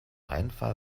einfall